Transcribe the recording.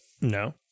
No